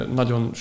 nagyon